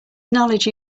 knowledge